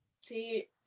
See